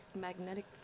magnetic